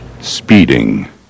Speeding